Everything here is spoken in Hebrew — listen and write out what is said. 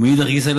ומאידך גיסא,